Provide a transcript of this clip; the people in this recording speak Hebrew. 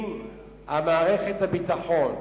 אם מערכת הביטחון,